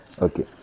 Okay